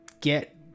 get